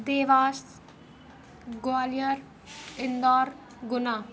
Dewas Gwalior Indore Guna